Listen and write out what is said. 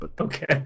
Okay